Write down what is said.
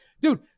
Dude